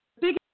Big